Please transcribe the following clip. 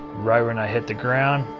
right when i hit the ground,